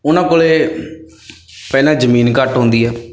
ਉਹਨਾਂ ਕੋਲ ਪਹਿਲਾਂ ਜ਼ਮੀਨ ਘੱਟ ਹੁੰਦੀ ਹੈ